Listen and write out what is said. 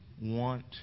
want